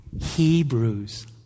Hebrews